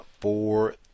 four